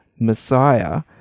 Messiah